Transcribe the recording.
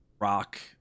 rock